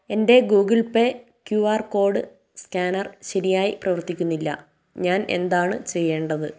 എൻ്റെ Google Pay Q R code scanner ശരിയായി പ്രവർത്തിക്കുന്നില്ല ഞാൻ എന്താണ് ചെയ്യേണ്ടത്